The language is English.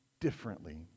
differently